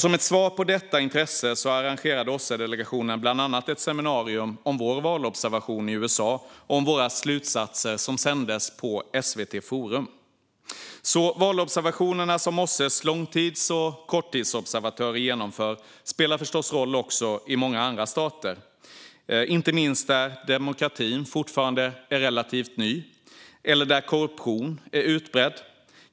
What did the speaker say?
Som ett svar på detta intresse arrangerade OSSE-delegationen bland annat ett seminarium om vår valobservation i USA och om våra slutsatser, som sändes på SVT Forum. De valobservationer som OSSE:s långtids och korttidsobservatörer genomför spelar förstås roll också i många andra stater, inte minst där demokratin fortfarande är relativt ny eller där det råder utbredd korruption.